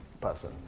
person